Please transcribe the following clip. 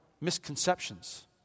misconceptions